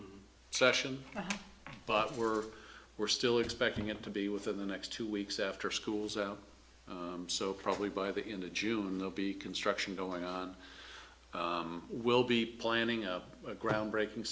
session but we're we're still expecting it to be within the next two weeks after school zone so probably by the end of june they'll be construction going on we'll be planning a groundbreaking